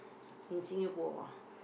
in Singapore ah